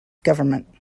government